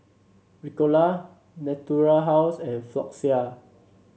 Ricola Natura House and Floxia